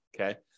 Okay